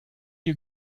you